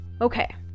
Okay